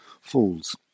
falls